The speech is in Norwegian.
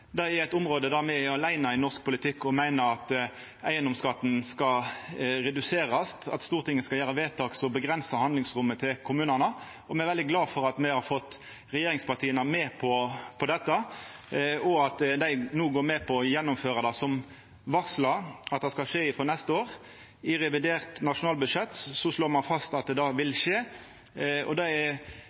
Det er eit område me er aleine om i norsk politikk, og me meiner at eigedomsskatten skal reduserast, at Stortinget skal gjera vedtak som avgrensar handlingsrommet til kommunane. Me er veldig glade for at me har fått regjeringspartia med på dette, og at dei no går med på å gjennomføra det som varsla, at det skal skje frå neste år. I revidert nasjonalbudsjett slår ein fast at det vil skje. Det er